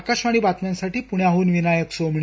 आकाशवाणी बातम्यांसाठी पुण्याहन विनायक सोमणी